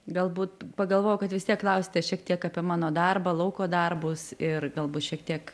galbūt pagalvojau kad vis tiek klausite šiek tiek apie mano darbą lauko darbus ir galbūt šiek tiek